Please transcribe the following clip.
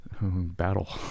Battle